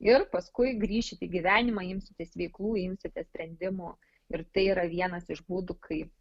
ir paskui grįšit į gyvenimą imsitės veiklų imsitės sprendimų ir tai yra vienas iš būdų kaip